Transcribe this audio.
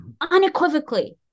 unequivocally